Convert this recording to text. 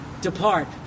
Depart